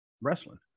wrestling